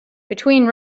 between